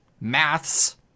maths